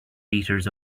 meters